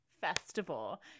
festival